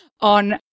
on